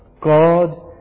God